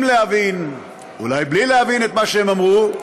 להבין ואולי בלי להבין את מה שהם אמרו,